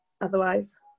otherwise